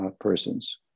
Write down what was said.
persons